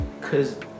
cause